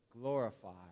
glorify